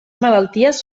malalties